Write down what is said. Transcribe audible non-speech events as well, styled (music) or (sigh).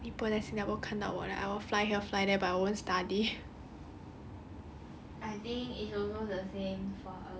so I feel like okay leh 所以如果 hor 有钱的话 hor 你不会在新加坡看到我 liao I will fly here fly there but I won't study (noise)